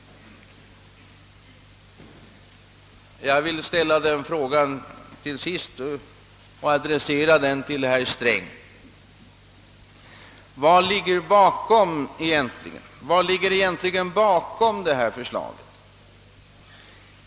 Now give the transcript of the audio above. Jag vill fråga herr Sträng: Vad ligger egentligen bakom detta förslag?